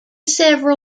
several